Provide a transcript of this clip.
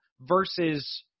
versus –